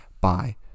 Bye